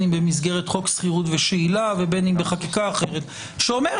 במסגרת חוק שכירות ושאילה ובין בחקיקה אחרת שלפיה,